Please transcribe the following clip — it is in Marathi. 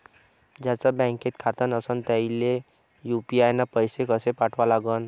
ज्याचं बँकेत खातं नसणं त्याईले यू.पी.आय न पैसे कसे पाठवा लागन?